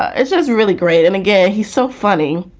is just really great. and again, he's so funny.